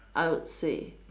I would say